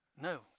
No